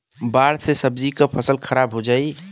बाढ़ से सब्जी क फसल खराब हो जाई